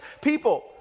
people